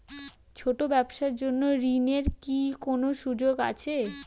ছোট ব্যবসার জন্য ঋণ এর কি কোন সুযোগ আছে?